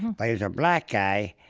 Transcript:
but he's a black guy,